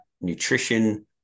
nutrition